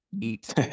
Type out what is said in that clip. eat